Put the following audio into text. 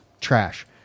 Trash